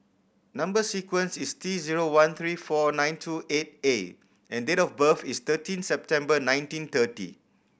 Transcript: number sequence is T zero one three four nine two eight A and date of birth is thirteen September nineteen thirty